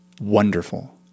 Wonderful